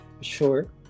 sure